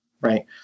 right